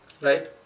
right